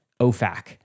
OFAC